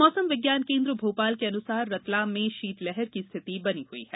मौसम विज्ञान केन्द्र भोपाल के अनुसार रतलाम में षीतलहर की स्थिति बनी हई है